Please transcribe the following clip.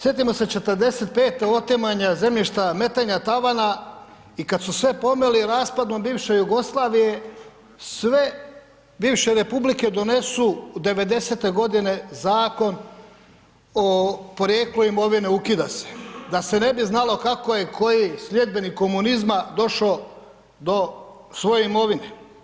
Sjetimo se 45. otimanja zemljišta, metenja tavana i kada su sve pomeli raspadom bivše Jugoslavije sve bivše republike donesu 90-te godine zakon o porijeklu imovine ukida se, da se ne bi znalo kako je koji sljedbenik komunizma došao do svoje imovine.